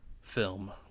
film